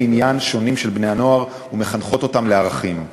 עניין שונים של בני-הנוער ומחנכות אותם לערכים,